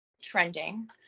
trending